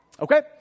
Okay